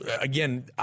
again